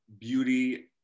Beauty